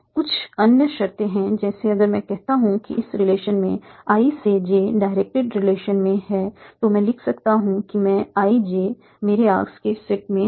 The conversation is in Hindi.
कुछ अन्य शर्तें हैं जैसे अगर मैं कहता हूं कि इस रिलेशन में i से j डायरेक्ट रिलेशन में हैं तो मैं लिख सकता हूं कि मैं i j मेरे आर्क्स के सेट में हैं